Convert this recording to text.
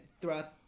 throughout